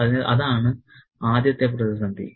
അതിനാൽ അതാണ് ആദ്യത്തെ പ്രതിസന്ധി